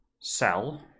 sell